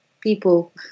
people